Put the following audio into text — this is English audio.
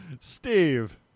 Steve